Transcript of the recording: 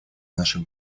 нашей